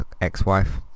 ex-wife